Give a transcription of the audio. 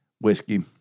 whiskey